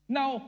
Now